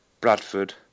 Bradford